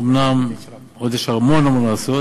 אומנם עוד יש המון מה לעשות,